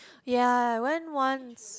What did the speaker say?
ya went once